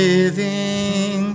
Living